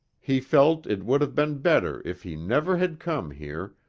he felt it would have been better if he never had come here,